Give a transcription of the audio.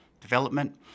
development